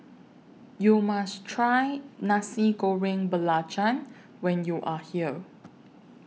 YOU must Try Nasi Goreng Belacan when YOU Are here